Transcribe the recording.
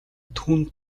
түүнд